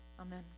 Amen